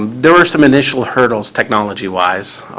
there were some initial hurdles technology-wise,